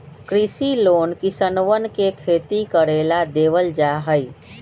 कृषि लोन किसनवन के खेती करे ला देवल जा हई